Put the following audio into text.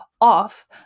off